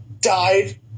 died